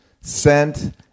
sent